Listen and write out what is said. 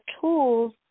tools